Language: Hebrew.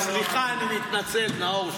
סליחה, אני מתנצל, נאור.